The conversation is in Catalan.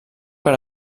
per